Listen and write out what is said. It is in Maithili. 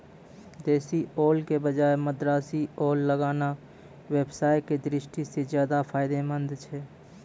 देशी ओल के बजाय मद्रासी ओल लगाना व्यवसाय के दृष्टि सॅ ज्चादा फायदेमंद छै